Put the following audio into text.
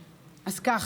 אז כך,